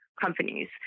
companies